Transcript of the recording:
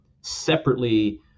separately